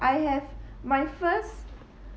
I have my first